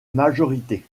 majorité